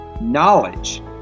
knowledge